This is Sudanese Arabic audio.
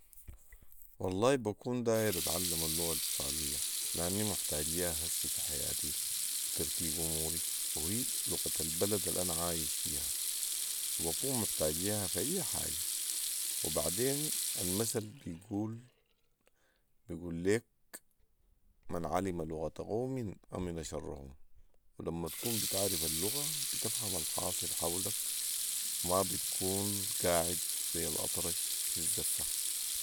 والله بكون داير اتعلم اللغه الايطالية لاني محتاج ليها هسي في حياتي وترتيب اموري وهي لغه البلد الانا عايش فيها و بكون محتاج ليها في اي حاجه وبعدين المثل بيقول بيقول ليك من علم لغه قوم امن شرهم ولما تكون بتعرف اللغه بتفهم الحاصل حولك ما بتكون قاعد ذي الاطرش في الزفه